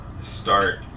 start